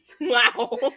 Wow